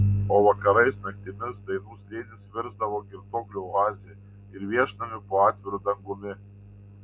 o vakarais naktimis dainų slėnis virsdavo girtuoklių oaze ir viešnamiu po atviru dangumi